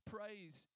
Praise